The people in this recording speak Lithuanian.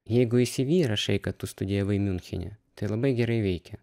jeigu į syvy įrašai kad tu studijavai miunchene tai labai gerai veikia